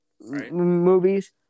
movies